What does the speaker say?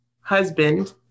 husband